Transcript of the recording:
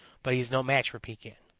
but he is no match for pekan.